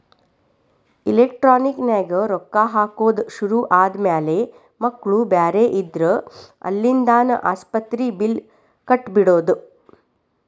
electronic ನ್ಯಾಗ ರೊಕ್ಕಾ ಹಾಕೊದ್ ಶುರು ಆದ್ಮ್ಯಾಲೆ ಮಕ್ಳು ಬ್ಯಾರೆ ಇದ್ರ ಅಲ್ಲಿಂದಾನ ಆಸ್ಪತ್ರಿ ಬಿಲ್ಲ್ ಕಟ ಬಿಡ್ಬೊದ್